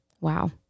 wow